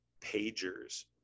pagers